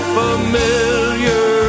familiar